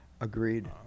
agreed